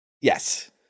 Yes